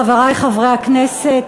חברי חברי הכנסת,